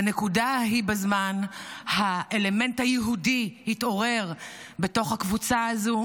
בנקודה ההיא בזמן האלמנט היהודי התעורר בתוך הקבוצה הזו,